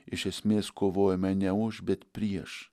iš esmės kovojame ne už bet prieš